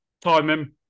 timing